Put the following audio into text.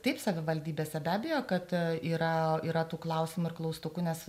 taip savivaldybėse be abejo kad yra yra tų klausimų ir klaustukų nes